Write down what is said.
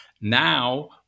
now